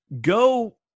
go